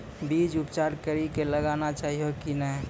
बीज उपचार कड़ी कऽ लगाना चाहिए कि नैय?